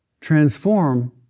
transform